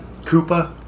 Koopa